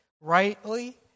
rightly